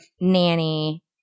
Nanny